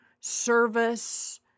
service